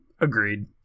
Agreed